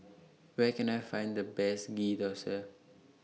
Where Can I Find The Best Ghee Thosai